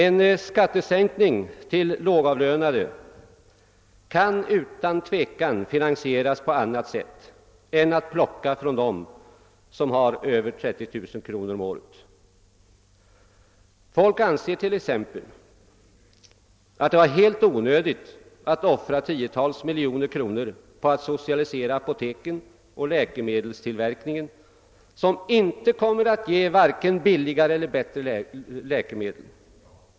En skattesänkning för de lågavlönade kan utan tvivel finansieras på annat sätt än att man plockar från dem som har över 30 000 kr. om året. Folk anser t.ex. att det var helt onödigt att offra tiotals miljoner kronor på att socialisera apoteken och läkemedelstillverkningen, en åtgärd som inte kommer att ge vare sig billigare eller bättre läkemedel.